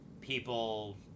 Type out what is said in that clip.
people